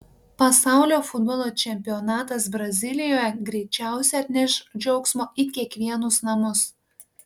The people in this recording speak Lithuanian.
pasaulio futbolo čempionatas brazilijoje greičiausiai atneš džiaugsmo į kiekvienus namus